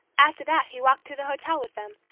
after that he walked to the hotel with them,